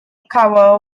cover